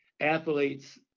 athletes